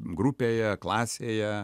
grupėje klasėje